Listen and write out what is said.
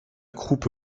croupe